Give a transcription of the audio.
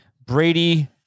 Brady